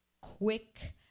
quick